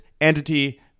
entity